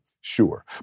Sure